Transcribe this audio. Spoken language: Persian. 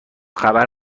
خبر